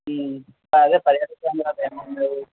అదే పర్యాటక సంబంధించి ఏమైనా